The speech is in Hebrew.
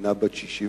מדינה בת 61,